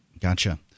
Gotcha